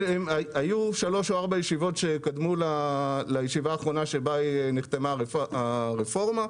היו שלוש או ארבע ישיבות שקדמו לישיבה האחרונה שבה "נחתמה" הרפורמה,